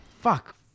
Fuck